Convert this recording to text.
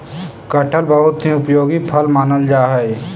कटहल बहुत ही उपयोगी फल मानल जा हई